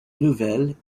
nouvelles